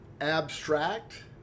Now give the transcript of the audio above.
abstract